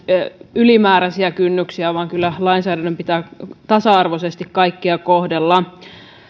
ylimääräisiä kynnyksiä vaan kyllä lainsäädännön pitää tasa arvoisesti kaikkia kohdella